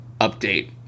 update